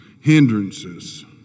hindrances